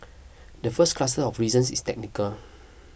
the first cluster of reasons is technical